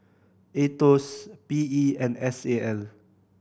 Aetos P E and S A L